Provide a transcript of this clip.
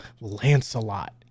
Lancelot